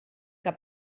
que